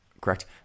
Correct